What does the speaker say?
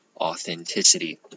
authenticity